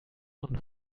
und